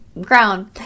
ground